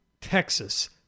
Texas